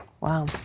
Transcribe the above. Wow